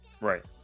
Right